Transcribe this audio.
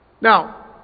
Now